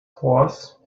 horse